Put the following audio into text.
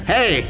Hey